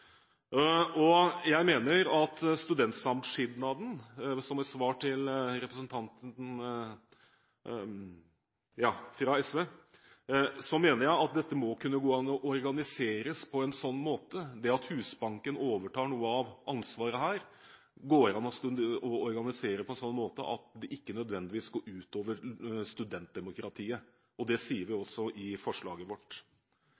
generelt. Jeg mener at studentsamskipnadene – som et svar til representanten fra SV – må kunne organiseres ved at Husbanken overtar noe av ansvaret. Det går det an å organisere på en sånn måte at det ikke nødvendigvis går ut over studentdemokratiet. Det sier vi også i forslaget vårt.